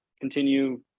continue